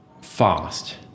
fast